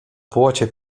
płocie